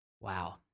Wow